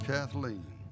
Kathleen